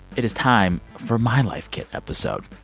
it is time for my life kit episode